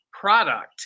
product